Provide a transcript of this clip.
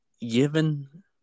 given